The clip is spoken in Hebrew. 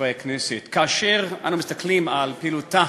חברי הכנסת, כאשר אנו מסתכלים על פעילותה